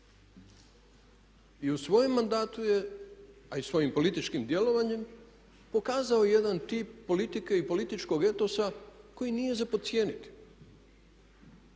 I u svojem mandatu je, a i svojim političkim djelovanjem pokazao jedan tip politike i političkog etosa koji nije za podcijeniti,